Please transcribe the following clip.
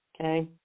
Okay